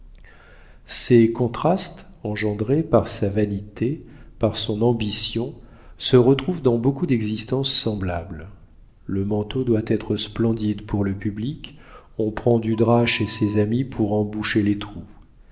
ces contrastes engendrés par sa vanité par son ambition se retrouvent dans beaucoup d'existences semblables le manteau doit être splendide pour le public on prend du drap chez ses amis pour en boucher les trous